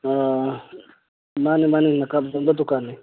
ꯑ ꯃꯥꯅꯦ ꯃꯥꯅꯦ ꯅꯥꯀꯥꯞ ꯌꯣꯟꯕ ꯗꯨꯀꯥꯟꯅꯦ